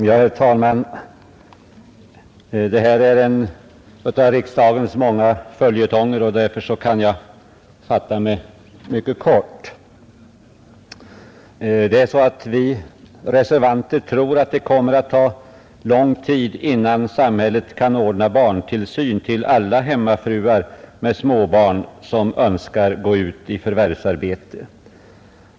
Herr talman! Det här är en av riksdagens många följetonger, och därför kan jag fatta mig mycket kort. Vi reservanter tror att det kommer att ta lång tid innan samhället kan ordna barntillsyn för alla hemmafruar, som har små barn och som önskar gå ut i förvärvsarbete.